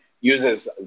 uses